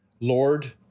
Lord